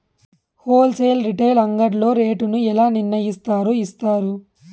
Whole sale retail అంగడ్లలో rate ను ఎలా నిర్ణయిస్తారు యిస్తారు?